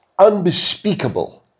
unbespeakable